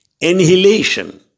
inhalation